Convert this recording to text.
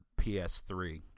PS3